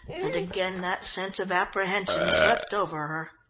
and again that sense of apprehension swept over her.